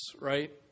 right